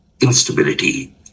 instability